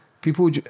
people